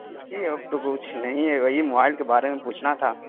جی اور تو کچھ نہیں ہے وہی موبائل کے بارے میں پوچھنا تھا